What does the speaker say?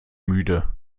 müde